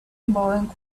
elbowing